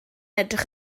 edrych